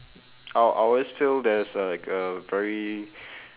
I I always feel there's a like a very